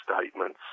statements